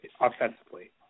offensively